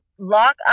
lock